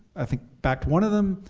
i think, backed one of them,